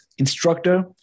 instructor